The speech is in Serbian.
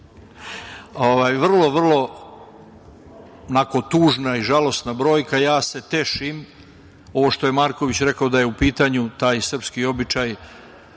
Vrlo, vrlo onako tužna i žalosna brojka. Ja se tešim, ovo što je Marković rekao da je u pitanju taj srpski običaj.